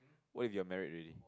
what if you're married already